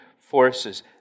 forces